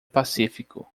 pacífico